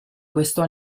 questo